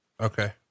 Okay